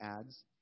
adds